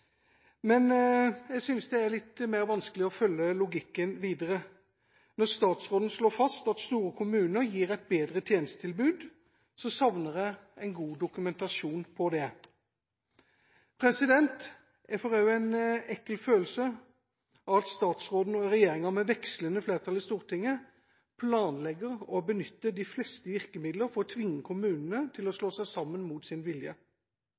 jeg synes det er litt vanskeligere å følge logikken videre. Når statsråden slår fast at store kommuner gir et bedre tjenestetilbud, savner jeg en god dokumentasjon på det. Jeg får også en ekkel følelse av at statsråden og regjeringa, med vekslende flertall i Stortinget, planlegger å benytte de fleste virkemidler for å tvinge kommunene til å